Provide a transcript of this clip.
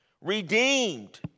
redeemed